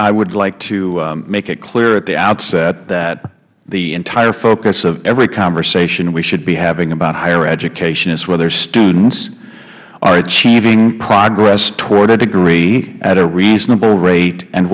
i would like to make it clear at the outset that the entire focus of every conversation we should be having about higher education is whether students are achieving progress toward a degree at a reasonable rate and